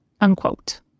unquote